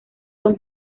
son